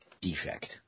defect